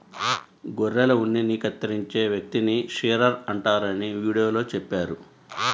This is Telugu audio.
గొర్రెల ఉన్నిని కత్తిరించే వ్యక్తిని షీరర్ అంటారని వీడియోలో చెప్పారు